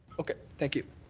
okay, thank you.